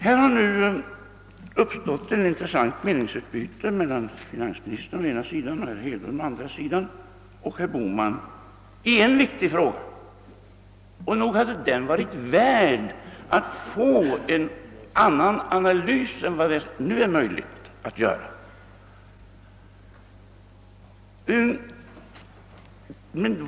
Här har nu uppstått ett intressant meningsutbyte mellan finansministern, herr Hedlund och herr Bohman i en viktig fråga, och nog hade den varit värd att få en annan analys än vad det nu är möjligt att göra.